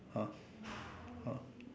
ah ah